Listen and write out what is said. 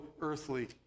earthly